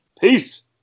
Peace